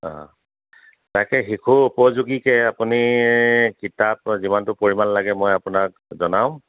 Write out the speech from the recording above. অঁ তাকে শিশু উপযোগীকৈ আপুনি কিতাপ যিমানটো পৰিমাণ লাগে মই আপোনাক জনাম